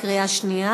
של כולנו,